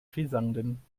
vielsagenden